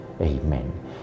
Amen